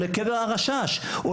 לקבר הרש״ש,